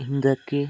ಹಿಂದಕ್ಕೆ